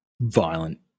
violent